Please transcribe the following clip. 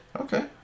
Okay